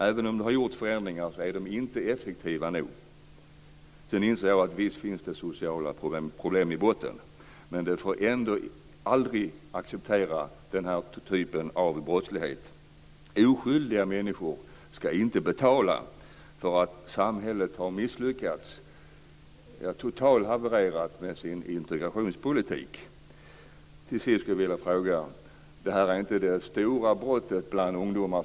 De förändringar som har gjorts är inte effektiva nog. Jag inser att det i botten finns sociala problem, men vi får ändå aldrig acceptera den här typen av brottslighet. Oskyldiga människor ska inte betala för att samhällets integrationspolitik har totalhavererat. Till sist vill jag ställa en fråga. Ministern säger att det här inte är det stora brottet bland ungdomar.